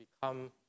become